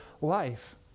life